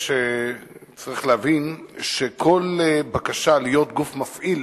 צריך להבין שכל בקשה להיות גוף מפעיל